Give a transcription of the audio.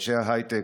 אנשי ההייטק,